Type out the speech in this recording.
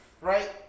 Right